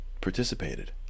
participated